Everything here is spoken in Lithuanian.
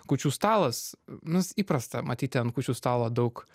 kūčių stalas mums įprasta matyti ant kūčių stalo daug